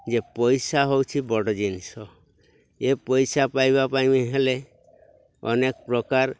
ଯେ ପଇସା ହେଉଛି ବଡ଼ ଜିନିଷ ଏ ପଇସା ପାଇବା ପାଇଁ ହେଲେ ଅନେକ ପ୍ରକାର